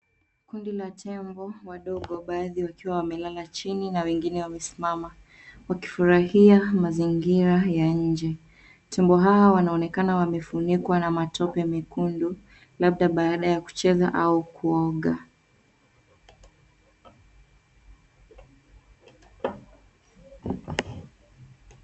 Kundi la tembo wadogo kwa bahati wakiwa wamelala chini na wengine wamesimama wakifurahia mazingira ya inji, tembo hao wanaonekana wamefunika na matope mekundu labda baada ya kucheza au kuoka